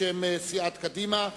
בשם סיעת קדימה,